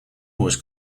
was